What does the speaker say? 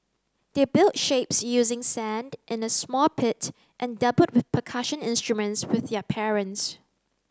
they built shapes using sand in a small pit and dabbled with percussion instruments with their parents